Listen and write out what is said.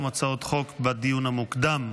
הצעות חוק לדיון המוקדם.